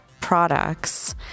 products